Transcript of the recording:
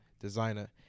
Designer